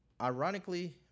ironically